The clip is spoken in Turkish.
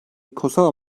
kosova